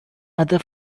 other